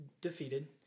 defeated